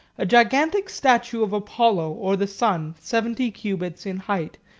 a gigantic statue of apollo, or the sun, seventy cubits in height,